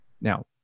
Now